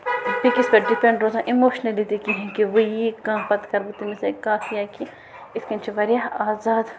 بیٚیہِ کِس پٮ۪ٹھ ڈِپٮ۪نٛڈ روزان اِموشنٕلی تہِ کِہیٖنۍ کہِ وۄنۍ یی کانٛہہ پَتہٕ کَرٕ بہٕ تٔمِس سۭتۍ کَتھ یا کیٚنہہ یِتھ کَنۍ چھِ واریاہ آزاد